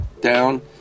down